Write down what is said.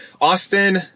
Austin